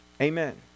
Amen